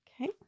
Okay